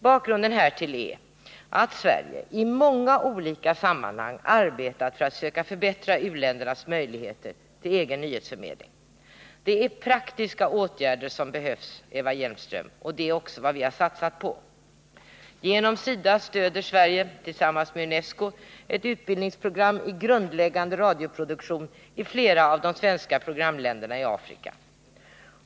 Bakgrunden härtill är att Sverige i många olika sammanhang arbetat för att söka förbättra u-ländernas möjligheter att upprätta en egen nyhetsförmedling. Det är praktiska åtgärder som behövs, Eva Hjelmström, och det är också vad vi har satsat på. Genom SIDA stöder Sverige tillsammans med UNESCO ett utbildningsprogram i grundläggande radioproduktion i flera av de svenska programländerna i Afrika.